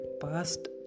past